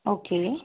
okay